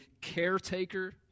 caretaker